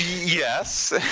yes